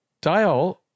Dial